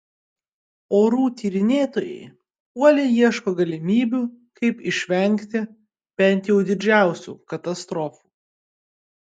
orų tyrinėtojai uoliai ieško galimybių kaip išvengti bent jau didžiausių katastrofų